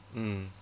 mm